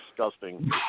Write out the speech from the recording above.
disgusting